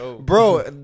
Bro